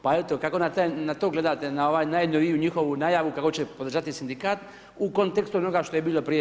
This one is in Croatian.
Pa eto kako na to gledate, na jednu njihovu najavu, kako će podržati sindikat u kontekstu onoga što je bilo prije g.